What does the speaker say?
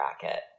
bracket